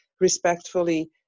respectfully